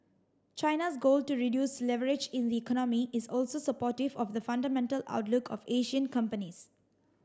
China's goal to reduce leverage in the economy is also supportive of the fundamental outlook of Asian companies